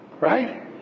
right